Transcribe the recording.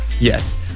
yes